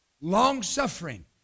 long-suffering